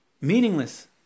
meaningless